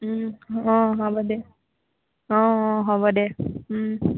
অঁ হ'ব দে অঁ অঁ হ'ব দে